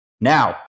now